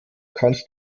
kannst